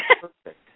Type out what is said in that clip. perfect